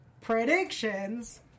predictions